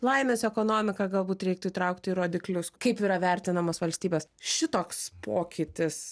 laimės ekonomiką galbūt reiktų įtraukti į rodiklius kaip yra vertinamas valstybės šitoks pokytis